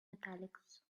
italics